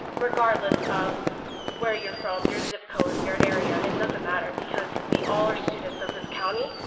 regardless of where you're from, your zip code, your area, it doesn't matter, because we all are students of this county